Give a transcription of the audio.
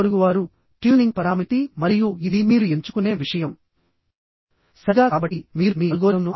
మరియు angle section ని ఒక బాక్స్ లా కూడా కనెక్ట్ చేసుకోవచ్చు